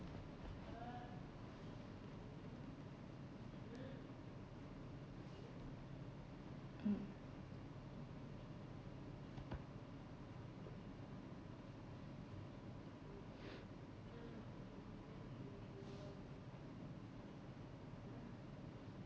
mm